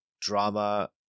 drama